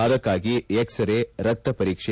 ಅದಕ್ಕಾಗಿ ಎಕ್ಲರೇ ರಕ್ತಪರೀಕ್ಷೆ